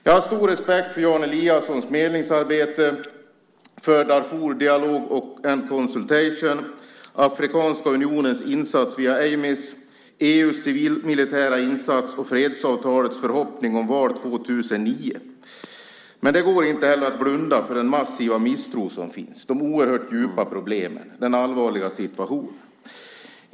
Jag har stor respekt för Jan Eliassons medlingsarbete för Darfur-Darfur Dialogue and Consultation, Afrikanska unionens insats via AMIS, EU:s civilmilitära insats och fredsavtalets förhoppning om val 2009. Men det går inte heller att blunda för den massiva misstro som finns, de oerhört djupa problemen, den allvarliga situationen.